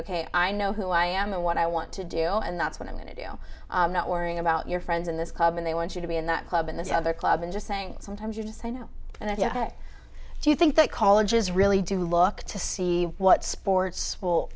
ok i know who i am and what i want to do and that's what i'm going to do not worrying about your friends in this club and they want you to be in that club and this other club and just saying sometimes you just say no and then do you think that colleges really do look to see what sports will